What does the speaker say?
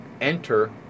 enter